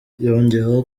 yongeyeho